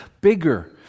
bigger